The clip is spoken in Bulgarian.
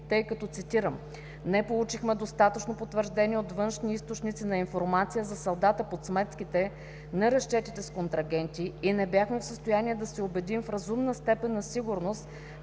тъй като цитирам